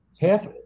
half